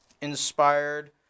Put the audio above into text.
inspired